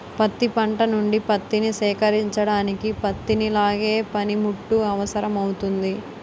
పత్తి పంట నుండి పత్తిని సేకరించడానికి పత్తిని లాగే పనిముట్టు అవసరమౌతుంది